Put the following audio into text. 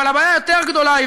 אבל הבעיה היותר-גדולה היא,